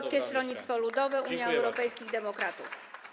Polskie Stronnictwo Ludowe - Unia Europejskich Demokratów.